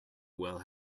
while